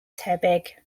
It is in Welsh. tebyg